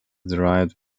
derived